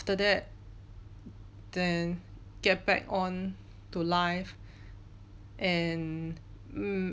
that then get back on to life and mm